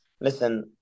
listen